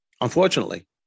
Unfortunately